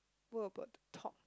what about the top